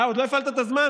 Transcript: אה, עוד לא הפעלת את הזמן?